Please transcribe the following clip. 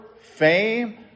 fame